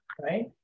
right